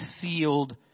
sealed